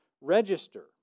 register